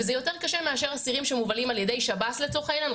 וזה יותר קשה מאשר אסירים שמובלים על ידי שב"ס לצורך העניין,